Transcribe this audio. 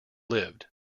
lived